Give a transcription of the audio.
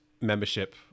membership